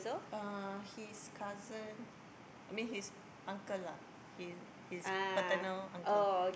uh his cousin I mean his uncle lah his his paternal uncle